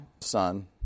son